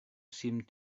seemed